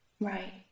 Right